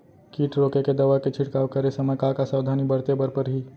किट रोके के दवा के छिड़काव करे समय, का का सावधानी बरते बर परही?